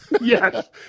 yes